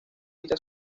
dicha